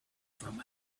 from